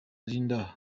linda